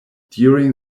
during